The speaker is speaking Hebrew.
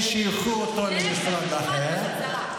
למשרד אחר.